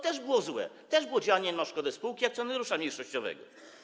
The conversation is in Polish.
Też było złe, też było to działanie na szkodę spółki i akcjonariusza mniejszościowego.